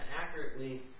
accurately